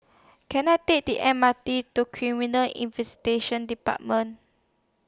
Can I Take The M R T to Criminal Investigation department